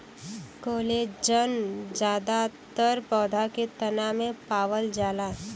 collagen जादातर पौधा के तना में पावल जाला